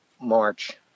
March